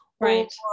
Right